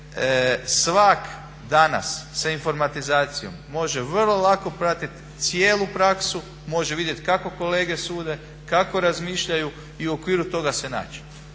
svatko danas sa informatizacijom može vrlo lako pratiti cijelu praksu, može vidjeti kako kolege sude, kako razmišljaju i u okviru toga se naći.